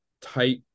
tight